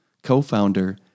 co-founder